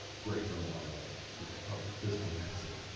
great journal, by the way cause they cover physical medicine.